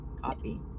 Copy